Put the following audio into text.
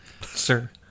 Sir